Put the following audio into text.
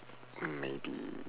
maybe